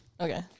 Okay